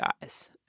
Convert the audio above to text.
guys